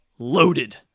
Loaded